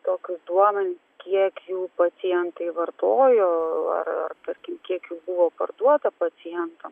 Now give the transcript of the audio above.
tokius duomenis kiek jų pacientai vartojo ar ar tarkim kiek jų buvo parduota pacientam